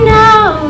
now